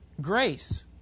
grace